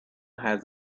has